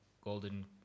golden